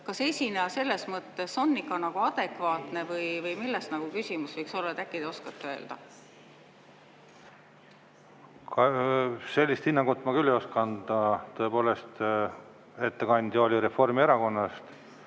Kas esineja selles mõttes on ikka adekvaatne või milles küsimus võiks olla? Äkki te oskate öelda? Sellist hinnangut ma küll ei oska anda. Tõepoolest, ettekandja oli Reformierakonnas